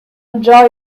enjoy